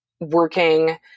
working